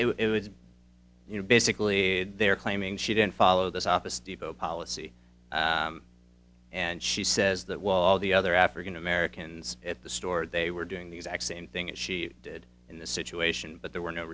it it was you know basically they're claiming she didn't follow this office depot policy and she says that while all the other african americans at the store they were doing the exact same thing as she did in this situation but there were no